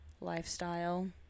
lifestyle